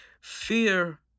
Fear